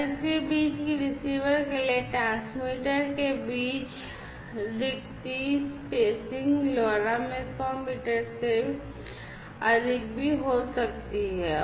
और इसके बीच के रिसीवर के लिए ट्रांसमीटर के बीच रिक्ति LoRa में 100 मीटर से अधिक भी हो सकती है